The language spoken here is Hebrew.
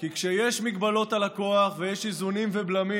כי כשיש מגבלות על הכוח ויש איזונים ובלמים